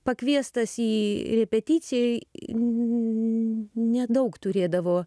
pakviestas į į repeticiją nnnn nedaug turėdavo